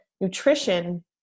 nutrition